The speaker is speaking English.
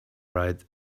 right